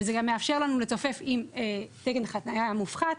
וזה מאפשר לנו לצופף עם תקן חניה מופחת,